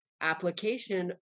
application